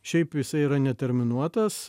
šiaip jisai yra neterminuotas